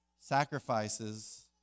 sacrifices